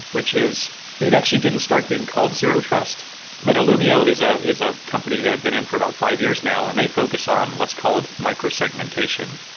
which is it actually didn't start being called zero-trust. illumio is ah is a company that i've been in for about five years now and they focus on what's called micro-segmentation.